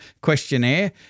questionnaire